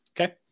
okay